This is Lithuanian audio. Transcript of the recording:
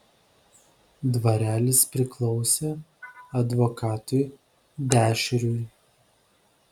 dvarelis priklausė advokatui dešriui